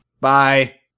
Bye